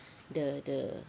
the the